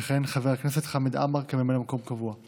יכהן חבר הכנסת חמד עמאר כממלא מקום קבוע,